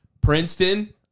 Princeton